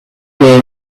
will